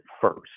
first